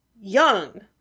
young